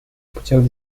путях